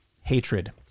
hatred